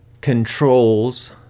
controls